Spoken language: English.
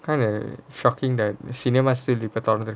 kind of a shocking that cinema still deeper thunder